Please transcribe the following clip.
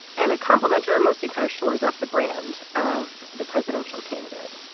and a compliment or or mostly kind of shores up the brand of the presidential candidate.